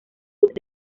debut